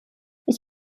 ich